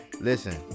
Listen